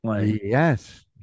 yes